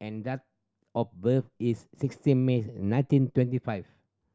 and date of birth is sixteenth May nineteen twenty five